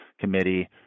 committee